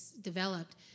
developed